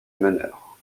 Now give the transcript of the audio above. meneur